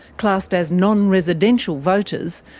classed as non-residential voters,